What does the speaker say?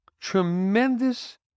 tremendous